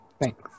Thanks